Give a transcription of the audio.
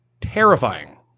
Terrifying